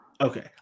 Okay